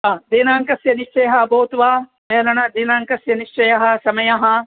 हा दिनाङ्कस्य निश्चयः अभवत् वा मेलन दिनाङ्कस्य निश्चयः समयः